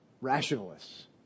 rationalists